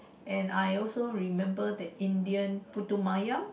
and I also remember the Indian putu-mayam